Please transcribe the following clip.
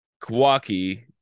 Kawaki